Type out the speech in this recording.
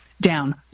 down